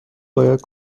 باید